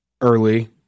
early